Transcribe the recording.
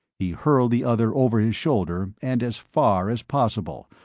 he hurled the other over his shoulder and as far as possible,